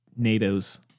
Natos